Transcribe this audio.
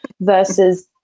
versus